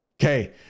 Okay